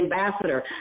ambassador